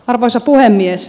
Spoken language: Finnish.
arvoisa puhemies